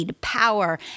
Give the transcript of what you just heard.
Power